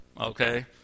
Okay